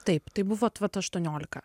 taip tai buvo aštuoniolika